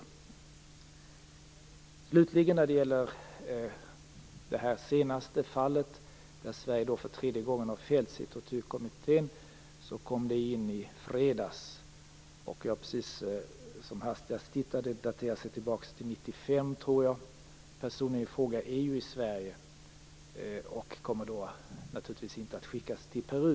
När det slutligen gäller det senaste fallet där Sverige för tredje gången har fällts i Tortyrkommittén kom det in i fredags, och jag har precis bara tittat som hastigast på det. Det daterar sig till 1995, tror jag. Personen i fråga är nu i Sverige och kommer naturligtvis inte att skickas till Peru.